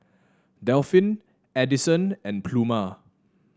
Delphin Adyson and Pluma